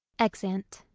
excellent!